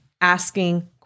asking